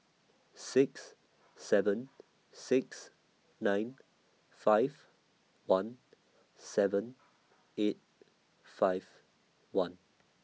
six seven six nine five one seven eight five one